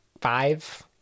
five